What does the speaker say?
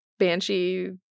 banshee